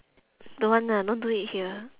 don't want lah don't do it here